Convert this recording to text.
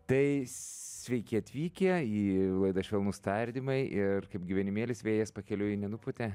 tai sveiki atvykę į laidą švelnūs tardymai ir kaip gyvenimėlis vėjas pakeliui nenupūtė